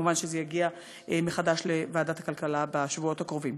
מובן שזה יגיע מחדש לוועדת הכלכלה בשבועות הקרובים.